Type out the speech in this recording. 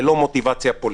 ללא מוטיבציה פוליטית.